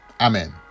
Amen